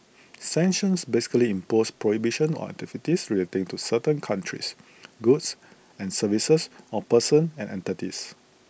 sanctions basically impose prohibitions on activities relating to certain countries goods and services or persons and entities